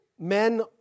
Men